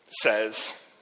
says